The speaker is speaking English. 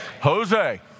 Jose